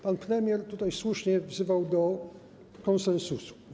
Pan premier tutaj słusznie wzywał do konsensusu.